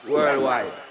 Worldwide